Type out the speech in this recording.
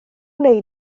wnei